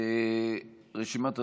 רשימת הדוברים: